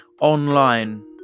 online